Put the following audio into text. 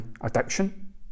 addiction